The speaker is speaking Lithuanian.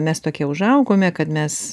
mes tokie užaugome kad mes